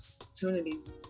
opportunities